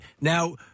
Now